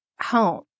home